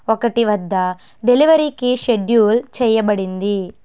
ఒకటి వద్దజ డెలివరీకి షెడ్యూల్ చెయ్యబడింది